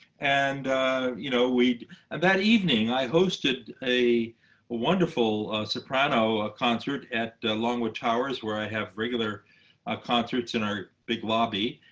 and you know and that evening, i hosted a ah wonderful soprano ah concert at longwood towers, where i have regular concerts in our big lobby.